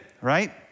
right